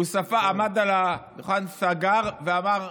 הוא עמד על הדוכן, סגר ואמר: